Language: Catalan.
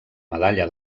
medalla